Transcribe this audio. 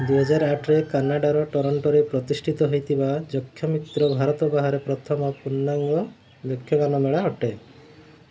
ଦୁଇହାଜର ଆଠର କାନାଡ଼ାର ଟରଣ୍ଟୋରେ ପ୍ରତିଷ୍ଠିତ ହୋଇଥିବା ଯକ୍ଷମିତ୍ର ଭାରତ ବାହାରେ ପ୍ରଥମ ପୂର୍ଣ୍ଣାଙ୍ଗ ଯକ୍ଷଗାନ ମେଳା ଅଟେ